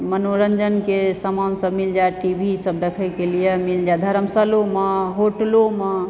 मनोरञ्जनके सामान सब मिल जायत टीवी सब देखयके लिए मिल जायत धर्मशालोमे होटलोमे